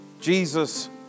Jesus